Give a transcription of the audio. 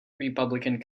republican